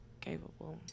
capable